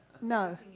No